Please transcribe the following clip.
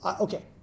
okay